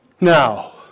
Now